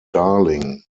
darling